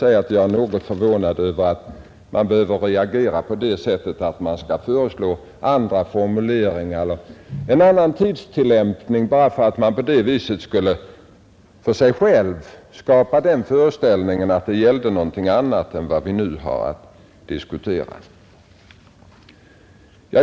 Därför är jag förvånad över att oppositionen har reagerat som den gjort och föreslagit andra formuleringar eller en annan tidstillämpning bara för att därigenom för sig själv skapa den föreställningen att det gäller något annat än vad vi här har att diskutera. Herr talman!